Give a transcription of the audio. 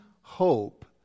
hope